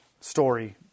story